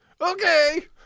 Okay